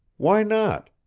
why not?